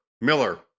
Miller